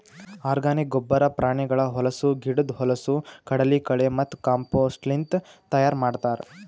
organic ಗೊಬ್ಬರ ಪ್ರಾಣಿಗಳ ಹೊಲಸು, ಗಿಡುದ್ ಹೊಲಸು, ಕಡಲಕಳೆ ಮತ್ತ ಕಾಂಪೋಸ್ಟ್ಲಿಂತ್ ತೈಯಾರ್ ಮಾಡ್ತರ್